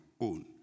own